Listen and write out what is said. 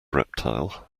reptile